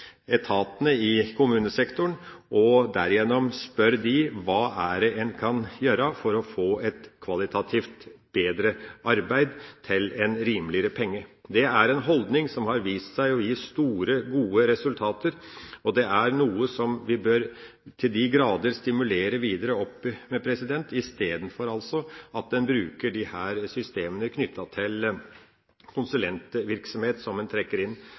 etatene i kommunesektoren og derigjennom spør dem: Hva er det en kan gjøre for å få et kvalitativt bedre arbeid til en rimeligere penge? Det er en holdning som har vist seg å gi store, gode resultater, og det er noe vi til de grader bør stimulere videre,